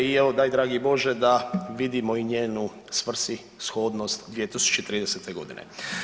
I evo, daj dragi Bože da vidimo i njenu svrsishodnost 2030. godine.